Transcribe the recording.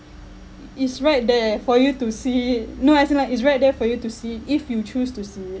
i~ it's right there for you to see it no as in like it's right there for you to see if you choose to see it